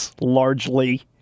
largely